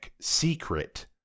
secret